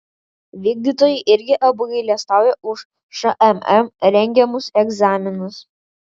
vykdytojai irgi apgailestauja už šmm rengiamus egzaminus